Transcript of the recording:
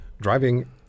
driving